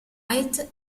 night